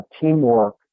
teamwork